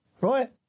right